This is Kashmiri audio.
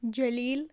جَلیٖل